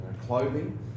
Clothing